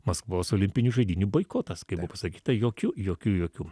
maskvos olimpinių žaidynių boikotas kaip buvo pasakyta jokių jokių jokių